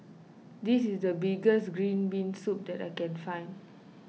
this is the best Green Bean Soup that I can find